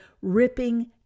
ripping